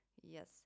Yes